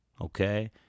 Okay